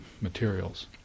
materials